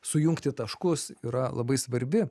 sujungti taškus yra labai svarbi